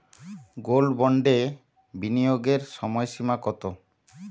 Gold বন্ডে বিনিয়োগের সময়সীমা কতো?